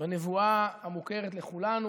בנבואה המוכרת לכולנו